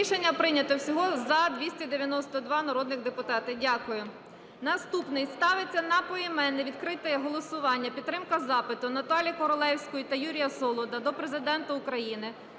Рішення прийнято. Всього за – 292 народні депутати. Дякую. Наступний. Ставиться на поіменне відкрите голосування підтримка запиту Наталії Королевської та Юрія Солода до Президента України